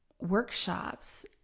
workshops